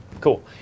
Cool